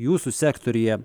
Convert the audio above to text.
jūsų sektoriuje